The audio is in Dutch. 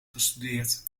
gestudeerd